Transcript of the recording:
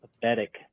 pathetic